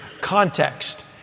context